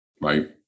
right